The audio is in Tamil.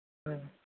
ம்